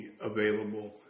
available